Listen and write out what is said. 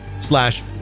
slash